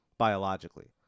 Biologically